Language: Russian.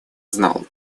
знал